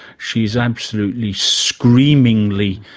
she's absolutely screamingly,